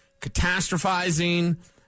catastrophizing